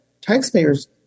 taxpayers